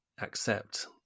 accept